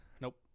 Nope